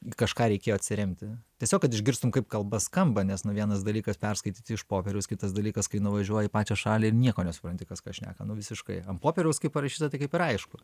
į kažką reikėjo atsiremti tiesiog kad išgirstum kaip kalba skamba nes nu vienas dalykas perskaityti iš popieriaus kitas dalykas kai nuvažiuoji į pačią šalį ir nieko nesupranti kas ką šneka nu visiškai ant popieriaus kaip parašyta tai kaip ir aišku